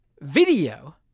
video